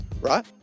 right